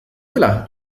dela